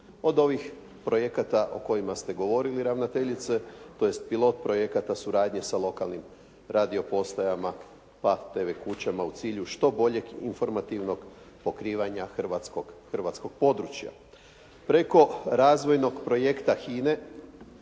od ovih projekata o kojima ste govorili ravnateljice tj. pilot projekata suradnje sa lokalnim radio postajama pa TV kućama u cilju što boljeg informativnog pokrivanja hrvatskog područja. Preko razvojnog projekta HINA-e,